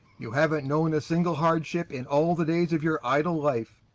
you haven't known a single hardship in all the days of your idle life.